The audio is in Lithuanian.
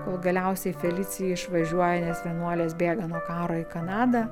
kol galiausiai felicija išvažiuoja nes vienuolės bėga nuo karo į kanadą